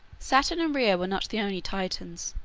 saturn and rhea were not the only titans.